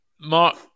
Mark